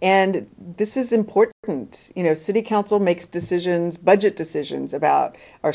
and this is important you know city council makes decisions budget decisions about our